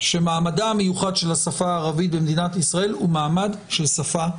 שמעמדה המיוחד של השפה הערבית במדינת ישראל הוא מעמד של שפה רשמית.